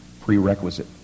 prerequisite